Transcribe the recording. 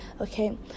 okay